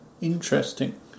interesting